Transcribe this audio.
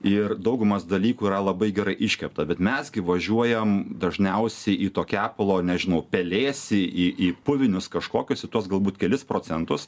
ir daugumas dalykų yra labai gerai iškepta bet mes gi važiuojam dažniausiai į to kepalo nežinau pelėsį į į puvinius kažkokius į tuos galbūt kelis procentus